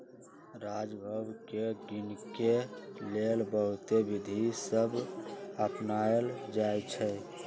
राजस्व के गिनेके लेल बहुते विधि सभ अपनाएल जाइ छइ